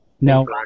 No